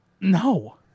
No